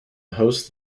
host